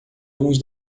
alguns